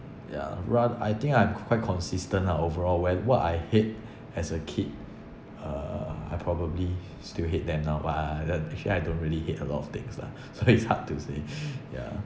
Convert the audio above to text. ya ra~ I think I'm quite consistent lah overall when what I hate as a kid uh I probably still hate them now but I then I don't really hate a lot of things lah so it's hard to say yeah